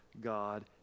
God